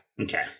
Okay